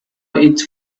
its